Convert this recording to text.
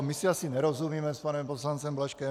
My si asi nerozumíme s panem poslancem Blažkem.